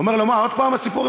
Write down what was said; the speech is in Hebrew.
אומר לו: מה עוד פעם הסיפור?